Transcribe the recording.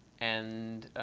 and